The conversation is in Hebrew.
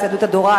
יהדות התורה,